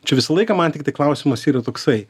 čia visą laiką man tiktai klausimas yra toksai